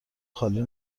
خالی